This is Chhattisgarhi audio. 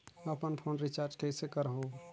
अपन फोन रिचार्ज कइसे करहु?